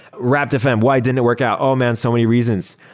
rap fm, why didn't it work out? oh man! so many reasons.